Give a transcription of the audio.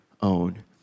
own